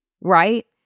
right